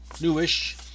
newish